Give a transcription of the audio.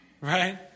right